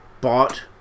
bought